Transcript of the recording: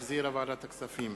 עברה בקריאה ראשונה.